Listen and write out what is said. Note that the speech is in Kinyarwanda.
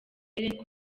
ellen